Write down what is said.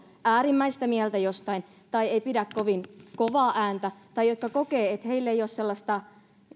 äärimmäistä mieltä jostain tai eivät pidä kovin kovaa ääntä tai jotka kokevat että heillä ei ole sellaista